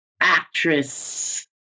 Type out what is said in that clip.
actress